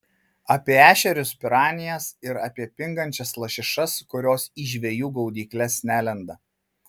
apie ešerius piranijas ir apie pingančias lašišas kurios į žvejų gaudykles nelenda